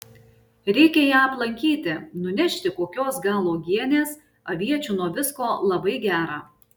reikia ją aplankyti nunešti kokios gal uogienės aviečių nuo visko labai gera